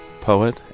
poet